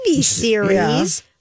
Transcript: series